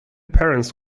parents